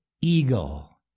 eagle